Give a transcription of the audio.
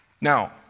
Now